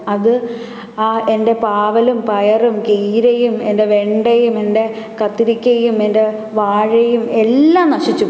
അത് ആ എന്റെ പാവലും പയറും കീരയും എന്റെ വെണ്ടയും എന്റെ കത്തിരിക്കയും എന്റെ വാഴയും എല്ലാം നശിച്ചു പോയി